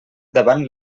davant